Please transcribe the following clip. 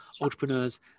entrepreneurs